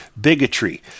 bigotry